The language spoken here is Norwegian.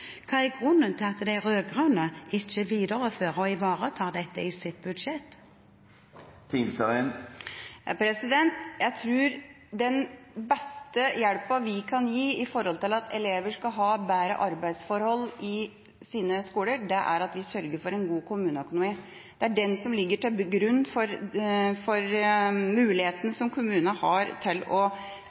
Hva er grunnen til at de rød-grønne ikke viderefører og ivaretar dette i sitt budsjett? Jeg tror den beste hjelpen vi kan gi for at elever skal få bedre arbeidsforhold på sine skoler, er at vi sørger for en god kommuneøkonomi. Det er den som ligger til grunn for den muligheten kommunene har til å